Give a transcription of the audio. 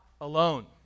alone